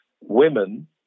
women